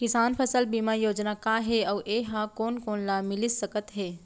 किसान फसल बीमा योजना का हे अऊ ए हा कोन कोन ला मिलिस सकत हे?